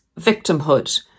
victimhood